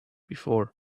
before